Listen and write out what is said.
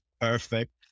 perfect